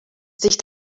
sich